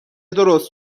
درست